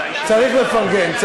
צריך לפרגן.